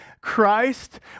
Christ